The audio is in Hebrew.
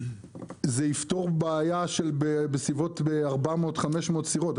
זה יפתור בעיה של בסביבות 500-400 סירות.